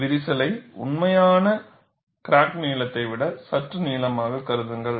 விரிசலை உண்மையான கிராக் நீளத்தை விட சற்று நீளமாகக் கருதுங்கள்